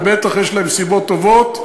ובטח יש להם סיבות טובות,